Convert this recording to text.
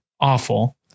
awful